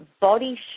body